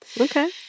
Okay